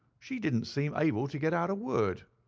she didn't seem able to get out a word.